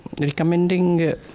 recommending